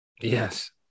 Yes